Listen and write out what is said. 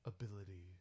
ability